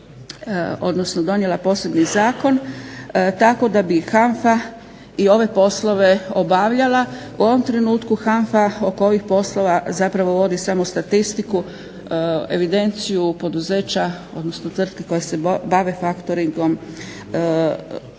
odnosno donijela posebni zakon tako da bi HANFA i ove poslove obavljala. U ovom trenutku HANFA oko ovih poslova zapravo vodi samo statistiku evidenciju poduzeća, odnosno tvrtki koje se bave faktoringom